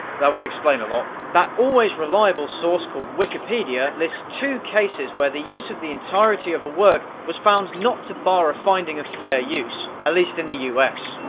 that would explain a lot. that always-reliable source called wikipedia lists two cases where the use of the entirety of a work was found not to bar a finding of fair use, at least in the us.